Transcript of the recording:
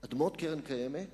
אדמות קרן קיימת